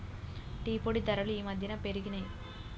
tea పొడి ధరలు ఈ మధ్యన పెరిగినయ్